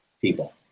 people